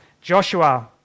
Joshua